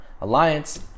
alliance